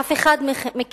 אף אחד מכם